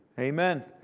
Amen